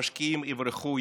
המשקיעים יברחו,